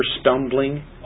stumbling